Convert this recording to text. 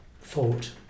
thought